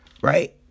Right